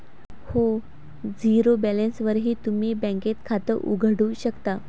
हो, झिरो बॅलन्सवरही तुम्ही बँकेत खातं उघडू शकता